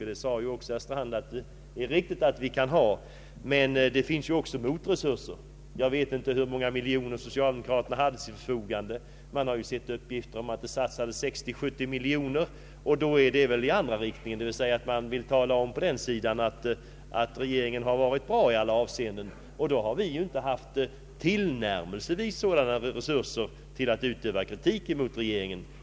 Herr Strand sade också att det är riktigt att oppositionspartierna gör på detta sätt. Men det finns ju också starka resurser mot oppositionspartierna. Jag vet inte hur många miljoner som socialdemokraterna haft till sitt förfogande, men jag har sett uppgifter att de i valkampanjen satsat 60 å 70 miljoner kronor på att tala om hur bra regeringen varit i alla avseenden. Vi har inte haft tillnärmelsevis så stora resurser till vårt förfogande för att utöva kritik mot regeringen.